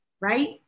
Right